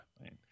Right